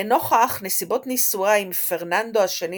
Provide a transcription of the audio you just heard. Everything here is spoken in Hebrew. לנוכח נסיבות נישואיה עם פרננדו השני